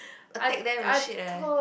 attack them and shit eh